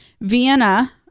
Vienna